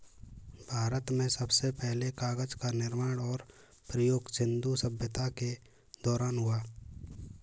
भारत में सबसे पहले कागज़ का निर्माण और प्रयोग सिन्धु सभ्यता के दौरान हुआ